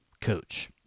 coach